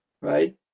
right